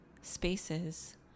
spaces